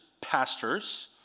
pastors